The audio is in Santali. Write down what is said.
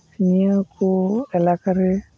ᱱᱤᱭᱟᱹ ᱠᱚ ᱮᱞᱟᱠᱟ ᱨᱮ